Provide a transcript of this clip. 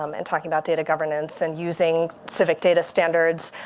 um and talking about data governance. and using civic data standards.